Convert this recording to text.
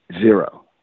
zero